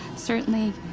certainly,